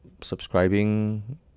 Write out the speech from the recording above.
subscribing